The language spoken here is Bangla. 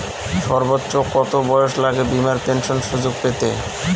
সর্বোচ্চ কত বয়স লাগে বীমার পেনশন সুযোগ পেতে?